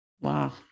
wow